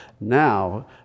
now